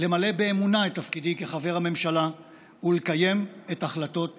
למלא באמונה את תפקידי כחבר הממשלה ולקיים את החלטות הכנסת.